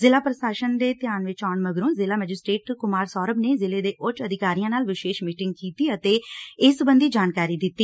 ਜ਼ਿਲ੍ਹਾ ਪ੍ਸ਼ਾਸਨ ਦੇ ਧਿਆਨ ਵਿਚ ਆਉਣ ਮਗਰੋਂ ਜ਼ਿਲ੍ਹਾ ਮਜਿਸਟਰੇਟ ਕੁਮਾਰ ਸ਼ੌਰਭ ਨੇ ਜ਼ਿਲ੍ਹੇ ਦੇ ਉੱਚ ਅਧਿਕਾਰੀਆਂ ਨਾਲ ਵਿਸ਼ੇਸ਼ ਮੀਟਿੰਗ ਕੀਤੀ ਅਤੇ ਇਸ ਸਬੰਧੀ ਜਾਣਕਾਰੀ ਦਿੱਤੀ